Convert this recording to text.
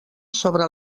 sobre